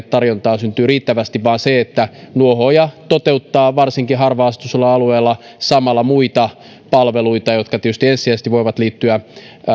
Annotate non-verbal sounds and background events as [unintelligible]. [unintelligible] tarjontaa syntyy riittävästi vaan se että nuohooja toteuttaa varsinkin harva asutusalueella samalla muita palveluita jotka tietysti ensisijaisesti voivat liittyä